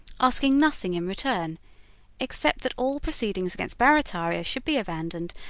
asking nothing in return except that all proceedings against barrataria should be abandoned,